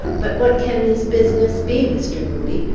but what can this business be, mr. moodie?